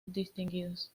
distinguidos